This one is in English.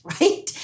Right